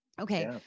Okay